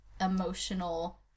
emotional